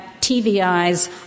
TVIs